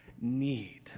need